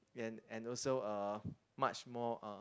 and and also uh much more uh